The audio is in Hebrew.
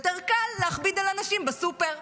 יותר קל להכביד על אנשים בסופר,